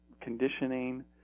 conditioning